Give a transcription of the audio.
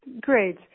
Great